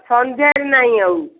ସନ୍ଧ୍ୟାରେ ନାହିଁ ଆଉ